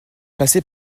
passer